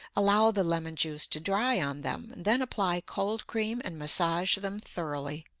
allow the lemon juice to dry on them, then apply cold cream and massage them thoroughly.